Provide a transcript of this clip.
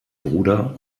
bruder